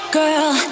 girl